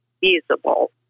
feasible